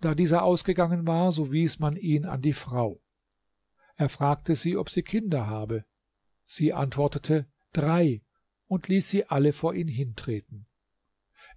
da dieser ausgegangen war so wies man ihn an die frau er fragte sie ob sie kinder habe sie antwortete drei und ließ sie alle vor ihn hintreten